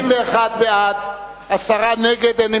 ההצעה להעביר את הצעת חוק כליאתם של אסירים נדרשים,